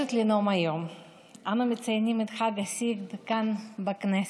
מציינים את חג הסיגד כאן בכנסת,